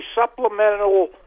supplemental